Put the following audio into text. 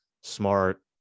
smart